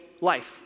life